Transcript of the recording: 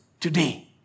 Today